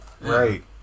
right